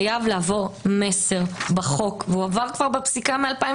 חייב לעבור מסר בחוק והוא עבר כבר בפסיקה מ-2015.